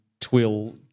twill